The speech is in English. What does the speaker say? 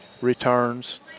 returns